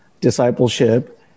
discipleship